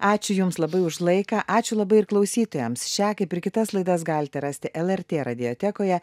ačiū jums labai už laiką ačiū labai ir klausytojams šią kaip ir kitas laidas galite rasti lrt radiotekoje